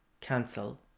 cancel